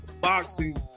boxing